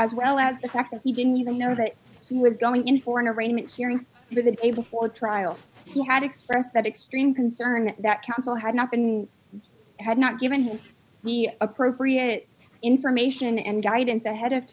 as well as the fact that he didn't even know what was going in for an arraignment hearing the able for trial he had expressed that extreme concern that council had not been had not given him the appropriate information and guidance ahead of